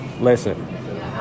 Listen